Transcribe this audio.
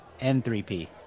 N3P